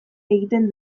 egiten